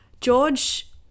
George